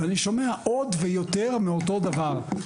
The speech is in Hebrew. ואני שומע עוד ויותר מאותו הדבר.